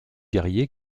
guerriers